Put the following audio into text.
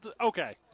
Okay